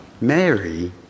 Mary